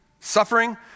suffering